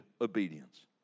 obedience